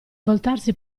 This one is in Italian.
voltarsi